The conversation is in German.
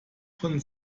von